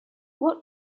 what